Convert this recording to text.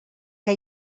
que